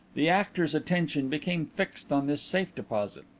the actor's attention became fixed on this safe-deposit.